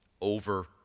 Over